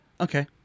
Okay